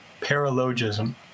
paralogism